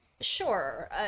sure